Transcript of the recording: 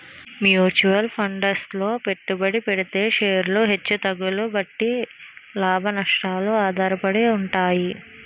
mutual funds లో పెట్టుబడి పెడితే షేర్లు హెచ్చు తగ్గుల బట్టి లాభం, నష్టం ఆధారపడి ఉంటాయి